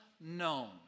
known